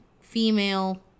female